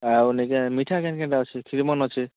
ଆଉ ନାଇକେଁ ମିଠା କେନ୍ କେନ୍ ଟା ଅଛେ ଖିରମନ୍ ଅଛେ